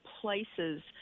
places